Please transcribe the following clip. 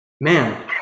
Man